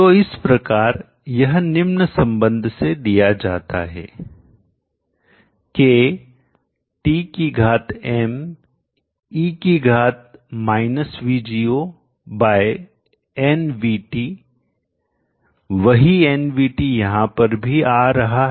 तो इस प्रकार यह निम्न संबंध से दिया जाता है K T की धात m ई की घात माइनस VGO बाय nVT वही nVT यहां पर भी आ रहा है